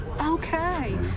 Okay